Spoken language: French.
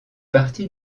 partie